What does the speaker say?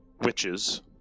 witches